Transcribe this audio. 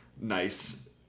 nice